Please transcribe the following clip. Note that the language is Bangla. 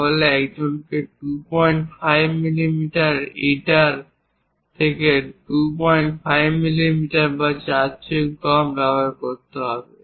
তাহলে একজনকে 25 মিলিমিটার ইটার 25 মিলিমিটার বা তার চেয়ে কম ব্যবহার করতে হবে